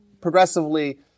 progressively